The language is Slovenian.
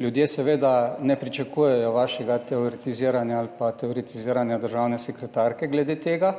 Ljudje seveda ne pričakujejo vašega teoretiziranja ali pa teoretiziranja državne sekretarke glede tega,